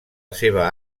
seva